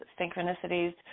synchronicities